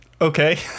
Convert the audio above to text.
okay